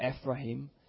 Ephraim